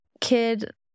kid